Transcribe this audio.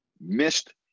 missed